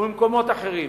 וממקומות אחרים.